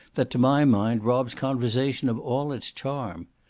that, to my mind, robs conversation of all its charm.